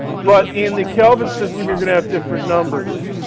but in the kelvin system, you're going to have different numbers.